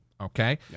okay